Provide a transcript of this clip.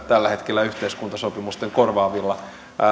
tällä hetkellä yhteiskuntasopimusten korvaavilla